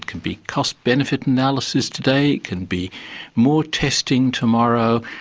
can be cost benefit analysis today, it can be more testing tomorrow.